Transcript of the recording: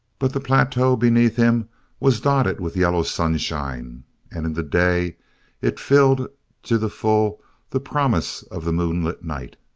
but the plateau beneath him was dotted with yellow sunshine and in the day it filled to the full the promise of the moonlit night.